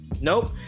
Nope